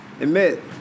admit